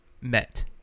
met